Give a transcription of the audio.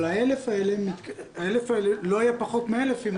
אבל ה-1,000 האלה לא יהיה פחות מ-1,000 אם